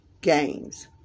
games